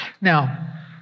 Now